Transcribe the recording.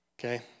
Okay